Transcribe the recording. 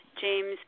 James